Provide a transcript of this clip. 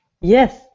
Yes